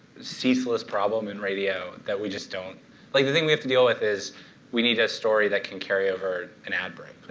ceaseless problem in radio, that we just don't like the thing we have to deal with is we need a story that can carry over an ad break.